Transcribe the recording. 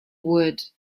wood